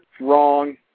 wrong